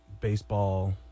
baseball